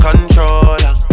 Controller